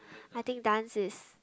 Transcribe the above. I think dance is